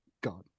God